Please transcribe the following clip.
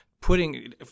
putting